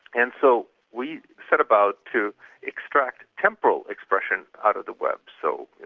and so we set about to extract temporal expressions out of the web. so you